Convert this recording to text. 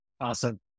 Awesome